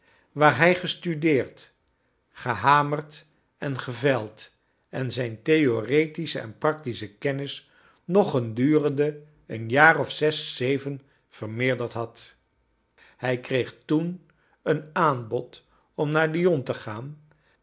waar hij gestudeerd gehamerd en gevijld en zijn theoretische en practische kennis nog gedurende een jaar of zes zeven vermeerderd had hij kreeg toen een aanbod om naar lyon te gaan